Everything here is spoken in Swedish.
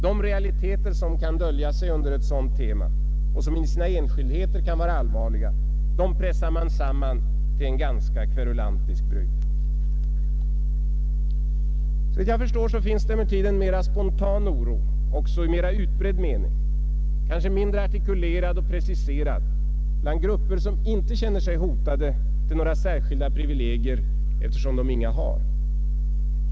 De realiteter som kan dölja sig under ett sådant tema — och som i sina enskildheter kan vara allvarliga — pressar man samman till en ganska kverulantisk brygd. Såvitt jag förstår, finns det emellertid en mera spontan oro, också i mera utbredd mening, kanske mindre artikulerad och preciserad, bland grupper som inte känner sig hotade till några särskilda privilegier eftersom de inga har.